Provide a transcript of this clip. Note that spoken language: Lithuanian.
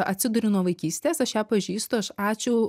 atsiduriu nuo vaikystės aš ją pažįstu aš ačiū